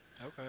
Okay